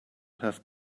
have